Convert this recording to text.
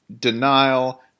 denial